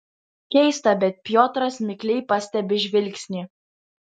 keista bet piotras mikliai pastebi žvilgsnį